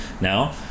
now